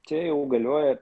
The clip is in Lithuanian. čia jau galioja